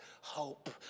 hope